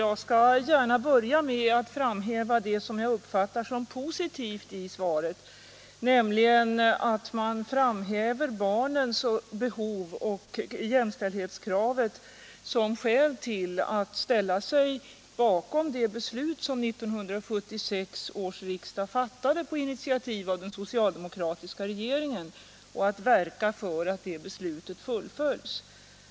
Jag skall gärna börja med att framhäva vad jag uppfattar som positivt i svaret, nämligen att den borgerliga regeringen framhåller barnens behov och jämställdhetskravet som skäl till att ställa sig bakom det beslut som 1976 års riksdag fattade på initiativ av den socialdemokratiska regeringen och att verka för att det beslutet fullföljs.